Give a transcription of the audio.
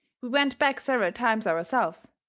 we went back several times ourselves,